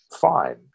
fine